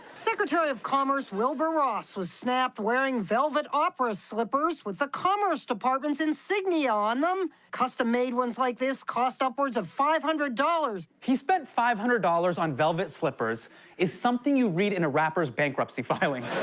secretary of commerce wilbur ross was snapped wearing velvet opera slippers with the commerce department's insignia on them. custom-made ones like this cost upwards of five hundred dollars. he spent five hundred dollars on velvet slippers is something you read in a rapper's bankruptcy filing.